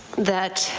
that